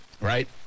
Right